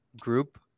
group